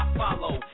follow